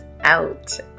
out